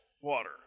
water